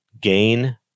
gain